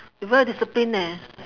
you very disciplined eh